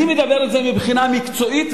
אני מדבר על זה מבחינה מקצועית,